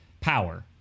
power